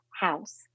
house